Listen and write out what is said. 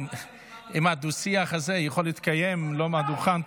אם הדו-שיח הזה יכול להתקיים לא מהדוכן,